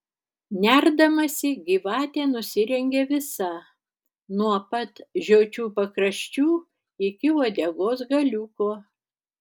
nerdamasi gyvatė nusirengia visa nuo pat žiočių pakraščių iki uodegos galiuko